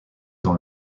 dans